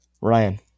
Ryan